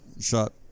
shot